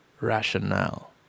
rationale